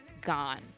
gone